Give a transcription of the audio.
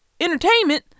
entertainment